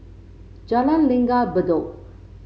Jalan Langgar Bedok